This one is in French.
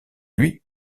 lui